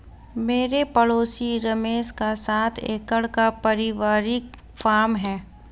मेरे पड़ोसी रमेश का सात एकड़ का परिवारिक फॉर्म है